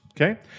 Okay